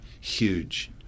huge